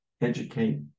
educate